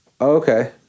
okay